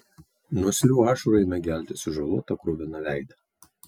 nuo sūrių ašarų ėmė gelti sužalotą kruviną veidą